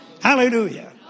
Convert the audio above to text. Hallelujah